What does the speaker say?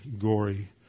gory